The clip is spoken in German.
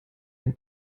den